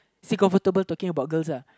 still comfortable talking about girls uh